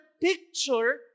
picture